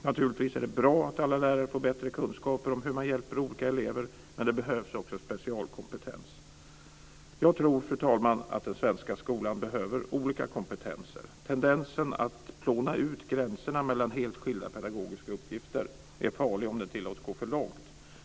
Naturligtvis är det bra att alla lärare får bättre kunskaper om hur man hjälper olika elever, men det behövs också specialkompetens. Jag tror, fru talman, att den svenska skolan behöver olika kompetenser. Tendensen att plåna ut gränserna mellan helt skilda pedagogiska uppgifter är farlig om den tillåts gå för långt.